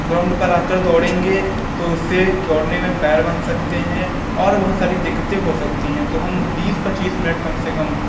ground पर आकर दौड़ेंगे तो उससे दौड़ने में पैर बन सकते हैं और बहुत सारी दिक्कतें हो सकती हैं तो हम बीस पच्चीस मिनट कम से कम